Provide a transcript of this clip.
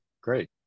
Great